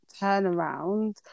turnaround